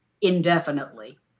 indefinitely